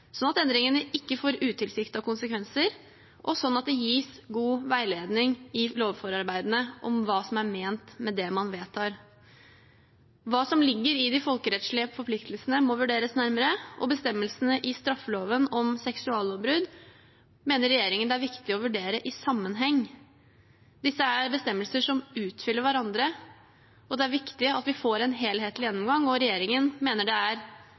sånn at endringene ikke får utilsiktede konsekvenser, og sånn at det gis god veiledning i lovforarbeidene om hva som er ment med det man vedtar. Hva som ligger i de folkerettslige forpliktelsene, må vurderes nærmere, og bestemmelsene i straffeloven om seksuallovbrudd mener regjeringen det er viktig å vurdere i sammenheng. Disse er bestemmelser som utfyller hverandre, og det er viktig at vi får en helhetlig gjennomgang. Regjeringen mener det er